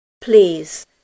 Please